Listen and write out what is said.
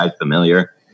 familiar